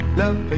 love